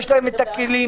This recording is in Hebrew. יש להם את הכלים,